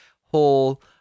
whole